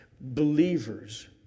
believers